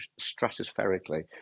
stratospherically